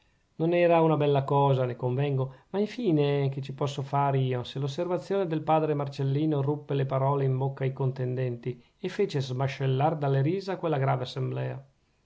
non era una bella cosa ne convengo ma infine che ci posso far io se l'osservazione del padre marcellino ruppe le parole in bocca ai contendenti e fece smascellar dalle risa quella grave assemblea